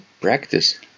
practice